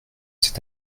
cet